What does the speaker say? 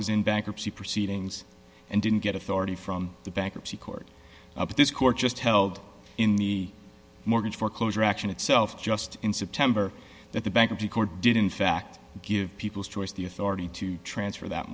was in bankruptcy proceedings and didn't get authority from the bankruptcy court but this court just held in the mortgage foreclosure action itself just in september that the bankruptcy court did in fact give people choice the authority to transfer that